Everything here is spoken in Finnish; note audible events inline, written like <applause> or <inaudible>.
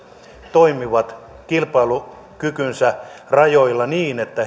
toimivat kilpailukykynsä rajoilla niin että <unintelligible>